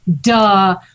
duh